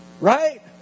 Right